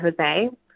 Jose